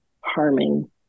harming